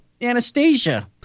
Anastasia